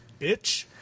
Bitch